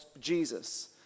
jesus